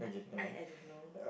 I I don't know